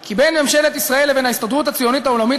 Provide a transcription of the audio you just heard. כי בין ממשלת ישראל לבין ההסתדרות הציונית העולמית